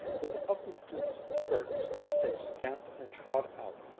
with uplifted skirts they stamped and trod out,